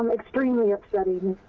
um extremely upsetting.